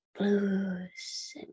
Blues